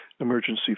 emergency